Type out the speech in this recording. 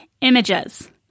images